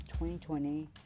2020